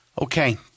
Okay